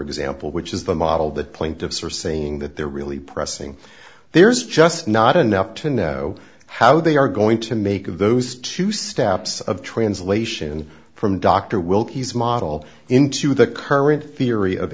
example which is the model that plaintiffs are saying that they're really pressing there's just not enough to know how they are going to make of those two steps of translation from dr wilkie's model into the current theory of